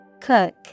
Cook